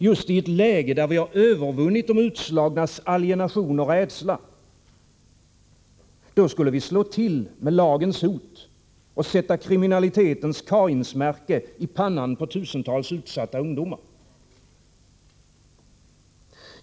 Just i ett läge där vi har övervunnit de utslagnas alienation och rädsla, då skulle vi slå till med lagens hot och sätta kriminalitetens kainsmärke i pannan på tusentals utsatta ungdomar.